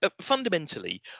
fundamentally